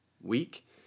week